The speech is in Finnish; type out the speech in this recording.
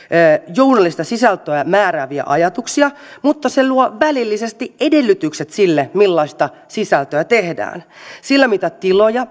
journalistista sisältöä määrääviä ajatuksia mutta se luo välillisesti edellytykset sille millaista sisältöä tehdään sillä mitä tiloja